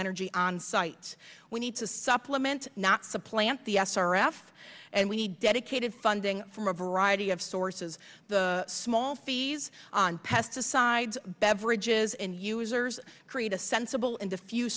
energy on site we need to supplement not supplant the s r s and we need dedicated funding from a variety of sources the small fees on pesticides beverages and users create a sensible and